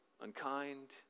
Unkind